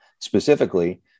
specifically